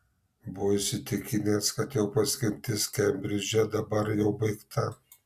buvo įsitikinęs kad jo paskirtis kembridže dabar jau baigta